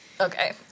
Okay